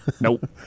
Nope